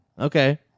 Okay